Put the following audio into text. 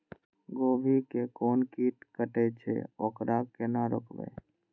गोभी के कोन कीट कटे छे वकरा केना रोकबे?